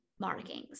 markings